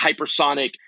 hypersonic